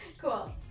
Cool